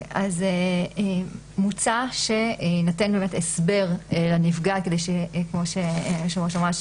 מוצע שיינתן הסבר לנפגעת, כמו שאמר היושב-ראש,